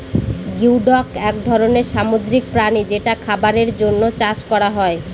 geoduck এক ধরনের সামুদ্রিক প্রাণী যেটা খাবারের জন্য চাষ করা হয়